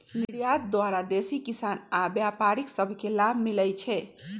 निर्यात द्वारा देसी किसान आऽ व्यापारि सभ के लाभ मिलइ छै